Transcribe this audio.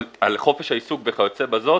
חופש העיסוק וכיוצא בזאת.